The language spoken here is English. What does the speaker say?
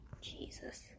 Jesus